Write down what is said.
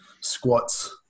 squats